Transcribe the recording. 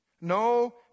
No